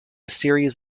series